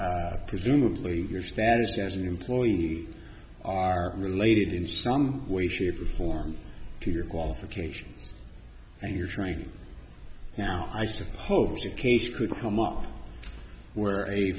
because presumably your status as an employee are related in some way shape or form to your qualifications and your training now i suppose a case could come up where a